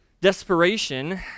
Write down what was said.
desperation